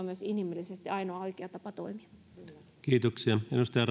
myös inhimillisesti ainoa oikea tapa toimia